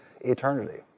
eternity